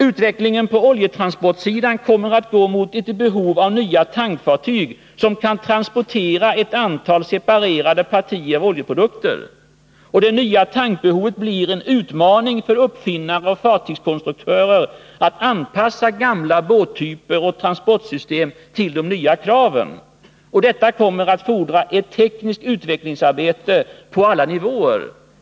Utvecklingen på oljetransportsidan kommer att gå mot ett behov av nya tankfartyg, som kan transportera ett antal separerade partier av oljeprodukter. Det nya tankbehovet blir en utmaning för uppfinnare och fartygskonstruktörer att anpassa gamla båtar och transportsystem till nya krav. Detta kommer att fordra ett tekniskt utvecklingsarbete på alla nivåer.